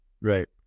Right